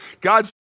God's